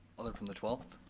alder from the twelfth.